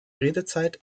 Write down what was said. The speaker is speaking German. redezeit